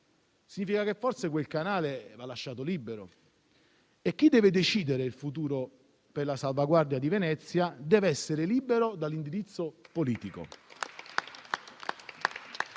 significa che forse quel canale va lasciato libero. E chi deve decidere il futuro per la salvaguardia di Venezia deve essere libero dall'indirizzo politico.